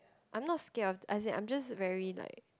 I not scared of as in I just very like